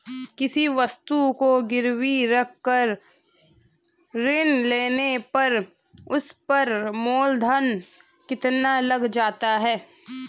किसी वस्तु को गिरवी रख कर ऋण लेने पर उस पर मूलधन कितना लग जाता है?